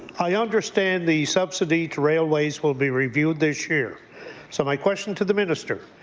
i understand the subsidy to railways will be reviewed this year so my question to the minister,